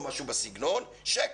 שקר.